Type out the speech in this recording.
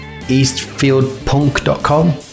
Eastfieldpunk.com